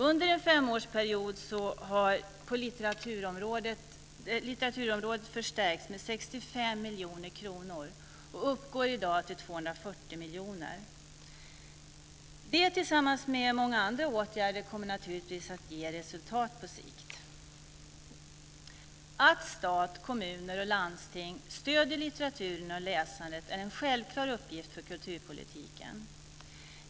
Under en femårsperiod har litteraturstödet stärkts med 65 miljoner kronor, och det uppgår i dag till 240 miljoner kronor. Det tillsammans med en rad andra åtgärder kommer naturligtvis att på sikt ge resultat. Att stat, kommuner och landsting stöder litteraturen och läsandet är en självklar uppgift för kulturpolitiken.